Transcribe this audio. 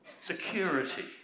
security